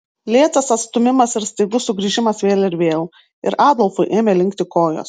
lėtas atstūmimas ir staigus sugrįžimas vėl ir vėl ir adolfui ėmė linkti kojos